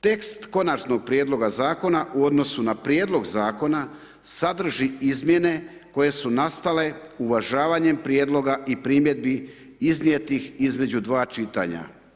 Tekst konačnog prijedloga zakona u odnosu na prijedlog zakona sadrži izmjene koje su nastale uvažavanjem prijedloga i primjedbi iznijetih između dva čitanja.